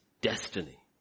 destiny